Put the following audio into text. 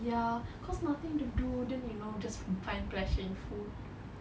ya cause nothing to do then you know just find pressing food